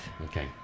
Okay